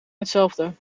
hetzelfde